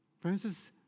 Francis